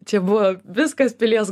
čia buvo viskas pilies